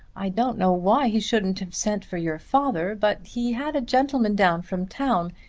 i don't know why he shouldn't have sent for your father, but he had a gentleman down from town.